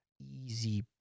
easy